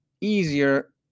easier